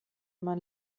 man